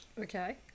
Okay